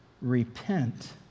Repent